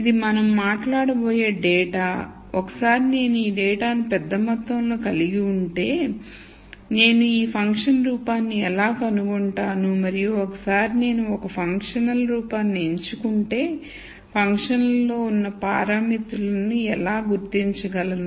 ఇది మనం మాట్లాడబోయే డేటా ఒకసారి నేను ఈ డేటాను పెద్ద మొత్తంలో కలిగి ఉంటే నేను ఈ ఫంక్షన్ రూపాన్ని ఎలా కనుగొంటాను మరియు ఒకసారి నేను ఒక ఫంక్షనల్ రూపాన్ని ఎంచుకుంటే ఫంక్షనల్లో ఉన్న పారామితులను కూడా ఎలా గుర్తించగలను